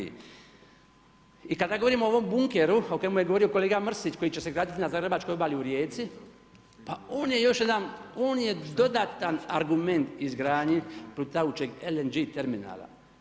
I kada govorimo o ovom bunkeru o kojemu je govorio kolega Mrsić, koji će se graditi na zagrebačkoj obali u Rijeci, pa on je još jedan, on je dodatan argument izgradnji plutajućeg LNG terminala.